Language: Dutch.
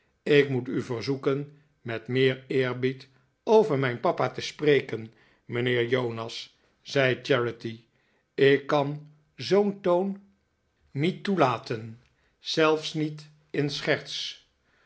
ik moet u verzoeken met meer eerbied over mijn papa te spreken mijnheer jonas zei charity ik kan zoo'n toon niet toelaten zelfs niet in scherts